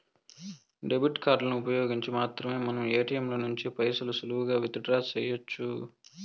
debit కార్డులను ఉపయోగించి మాత్రమే మనం ఏటియంల నుంచి పైసలు సులువుగా విత్ డ్రా సెయ్యొచ్చు